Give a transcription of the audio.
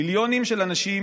מיליונים של אנשים